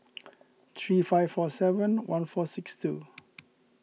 three five four seven one four six two